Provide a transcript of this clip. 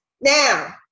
Now